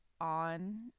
on